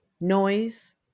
noise